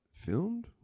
Filmed